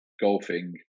golfing